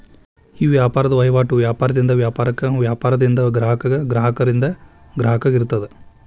ಈ ವ್ಯಾಪಾರದ್ ವಹಿವಾಟು ವ್ಯಾಪಾರದಿಂದ ವ್ಯಾಪಾರಕ್ಕ, ವ್ಯಾಪಾರದಿಂದ ಗ್ರಾಹಕಗ, ಗ್ರಾಹಕರಿಂದ ಗ್ರಾಹಕಗ ಇರ್ತದ